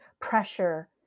pressure